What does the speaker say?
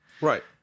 right